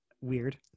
weird